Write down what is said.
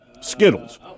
Skittles